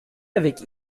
avec